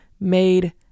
made